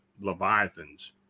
Leviathans